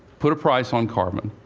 put a price on carbon.